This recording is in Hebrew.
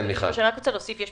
חלק